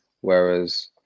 whereas